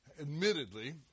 Admittedly